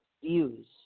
views